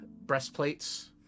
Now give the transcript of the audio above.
breastplates